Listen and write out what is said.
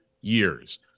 years